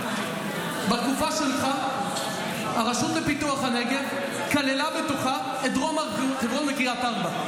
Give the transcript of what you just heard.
בתקופה שלך הרשות לפיתוח הנגב כללה בתוכה את דרום הר חברון וקריית ארבע.